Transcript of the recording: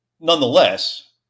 nonetheless